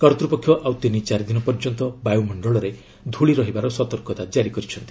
କର୍ତ୍ତୃପକ୍ଷ ଆଉ ତିନି ଚାରିଦିନ ପର୍ଯ୍ୟନ୍ତ ବାୟୁମଣ୍ଡଳରେ ଧୂଳି ରହିବାର ସତର୍କତା ଜାରି କରିଛନ୍ତି